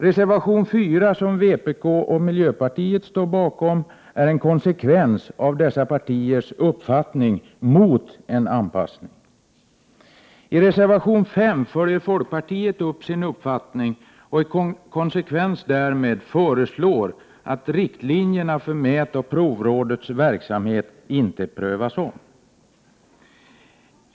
Reservation 4, som vpk och miljöpartiet står bakom, är en konsekvens av dessa partiers uppfattning när det gäller en anpassning — de är mot den. I reservation 5 följer folkpartiet upp sin uppfattning och föreslår i konsekvens därmed att riktlinjerna för mätoch provrådets verksamhet inte prövas om.